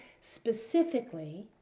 specifically